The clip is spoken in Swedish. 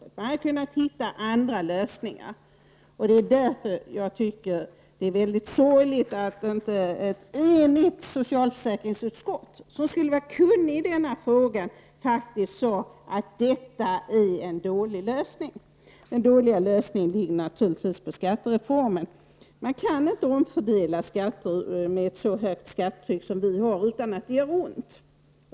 Det skulle ha gått att hitta andra lösningar. Mot den bakgrunden är det mycket sorgligt att ett enat socialförsäkringsutskott, som borde vara kunnigt i denna fråga, inte kunde säga att denna lösning är dålig. Den dåliga lösningen sammanhänger naturligtvis med skattereformen. Man kan inte omfördela skatter när skattetrycket är så högt som vårt utan att det gör ont.